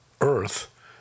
Earth